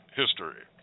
history